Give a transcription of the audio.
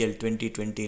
2020